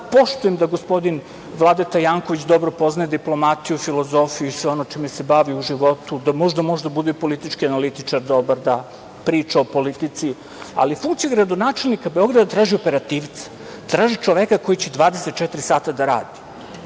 poštujem da gospodin Vladeta Janković dobro poznaje diplomatiju, filozofiju i sve ono čime se bavi u životu, da možda može da bude i politički analitičar dobar, da priča o politici, ali funkcija gradonačelnika Beograda traži operativca, traži čoveka koji će 24 sata da radi.E,